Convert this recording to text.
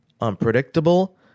unpredictable